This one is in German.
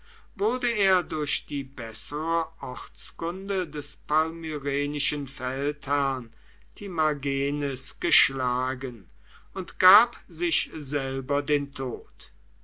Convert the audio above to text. wurde er durch die bessere ortskunde des palmyrenischen feldherrn